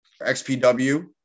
XPW